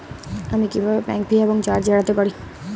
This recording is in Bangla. আমি কিভাবে ব্যাঙ্ক ফি এবং চার্জ এড়াতে পারি?